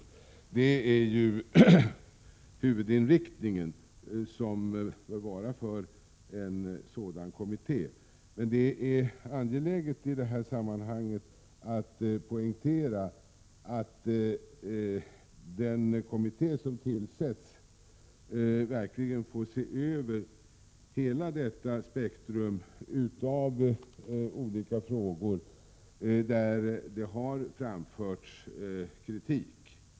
Det är den huvudinriktning som bör gälla för en sådan kommitté. Det är angeläget i detta sammanhang att poängtera att den kommitté som tillsätts verkligen får se över hela detta spektrum av olika frågor, där det har framförts kritik.